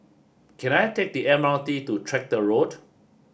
can I take the M R T to Tractor Road